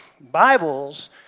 Bibles